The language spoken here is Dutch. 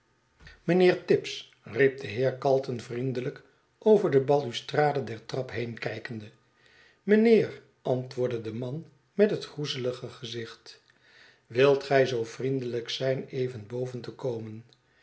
mynheer tibbs riep de heer calton vriendelijk over de balustrade der trap heen kijkende mijnheer antwoordde de man met het groezelige gezicht wilt gij zoo vriendelyk zijn even boven te komen